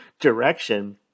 direction